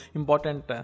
important